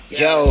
yo